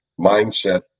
Mindset